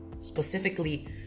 Specifically